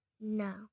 No